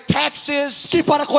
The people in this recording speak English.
taxes